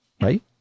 Right